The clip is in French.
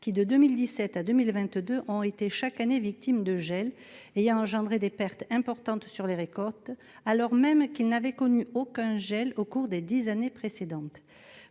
qui, de 2017 à 2022, ont été chaque année victimes de gels ayant engendré des pertes importantes sur les récoltes, alors même qu'ils n'avaient connu aucun épisode similaire au cours des dix années précédentes.